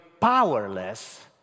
powerless